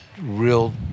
real